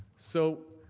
so,